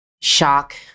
shock